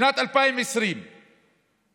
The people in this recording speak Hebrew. בשנת 2020 יש